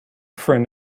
friend